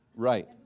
Right